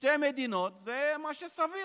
שתי מדינות, זה מה שסביר,